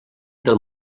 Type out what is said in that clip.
del